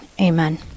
Amen